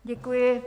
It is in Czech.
Děkuji.